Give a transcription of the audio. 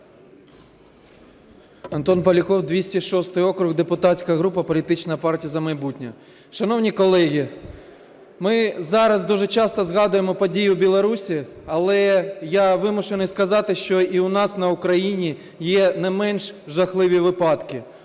Антон Поляков, 206 округ, депутатська група політична "Партія "За майбутнє". Шановні колеги, ми зараз дуже часто згадуємо події у Білорусії, але, я вимушений сказати, що і в нас на Україні є не менш жахливі випадки.